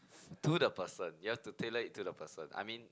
to the person you want to tailor it to the person I mean